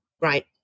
Right